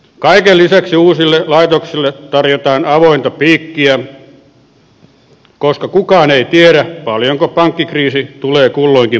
kaiken lisäksi uusille laitoksille tarjotaan avointa piikkiä koska kukaan ei tiedä paljonko pankkikriisi tulee kulloinkin maksamaan